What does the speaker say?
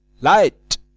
Light